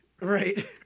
Right